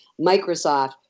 Microsoft